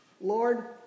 Lord